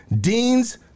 dean's